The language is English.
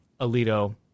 Alito